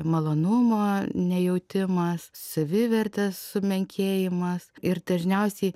malonumo nejautimas savivertės sumenkėjimas ir dažniausiai